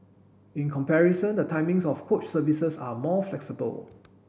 in comparison the timings of coach services are more flexible